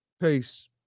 Peace